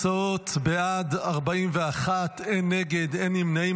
בעד, 41, אין נגד, אין נמנעים.